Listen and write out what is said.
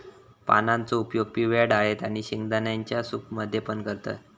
पानांचो उपयोग पिवळ्या डाळेत आणि शेंगदाण्यांच्या सूप मध्ये पण करतत